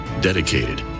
Dedicated